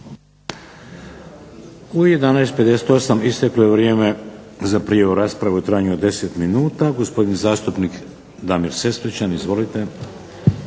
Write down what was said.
U 11,58 isteklo je vrijeme za prijavu za raspravu od 10 minuta, gospodin zastupnik Damir Sesvečan. Izvolite.